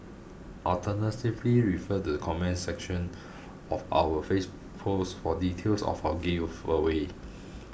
alternatively refer the comments section of our face post for details of our giveaway